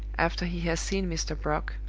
after he has seen mr. brock,